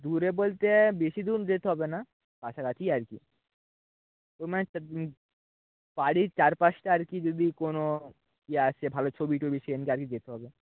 দূরে বলতে বেশি দূর যেতে হবে না কাছাকাছি আর কি বাড়ির চারপাশটা আর কি যদি কোনো ইয়ে আসে ভালো ছবি টবি আর কি যেতে হবে